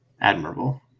admirable